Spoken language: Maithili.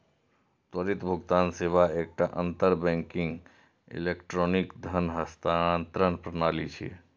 त्वरित भुगतान सेवा एकटा अंतर बैंकिंग इलेक्ट्रॉनिक धन हस्तांतरण प्रणाली छियै